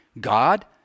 God